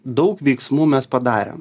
daug veiksmų mes padarėm